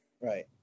Right